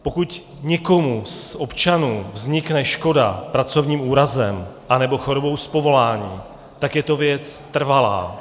Pokud někomu z občanů vznikne škoda pracovním úrazem nebo chorobou z povolání, tak je to věc trvalá.